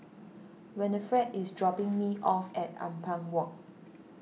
Winnifred is dropping me off at Ampang Walk